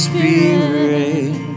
Spirit